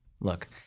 look